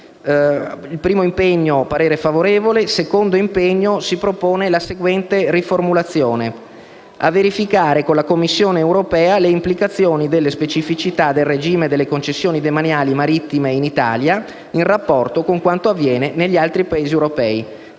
sul primo impegno il parere è favorevole. Sul secondo impegno si propone la seguente riformulazione: «a verificare con la Commissione europea le implicazioni delle specificità del regime delle concessioni demaniali marittime in Italia, in rapporto con quanto avviene negli altri Paesi europei».